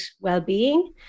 well-being